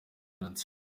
umukobwa